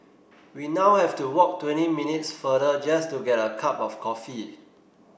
we now have to walk twenty minutes farther just to get a cup of coffee